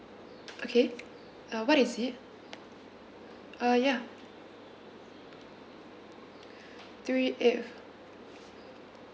okay uh what is it uh ya three eight